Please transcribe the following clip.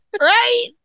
Right